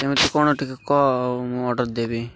ଏମିତି କ'ଣ ଟିକେ କହ ଆଉ ମୁଁ ଅର୍ଡର ଦେବି